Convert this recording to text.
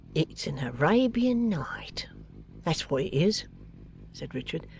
it's an arabian night that's what it is said richard.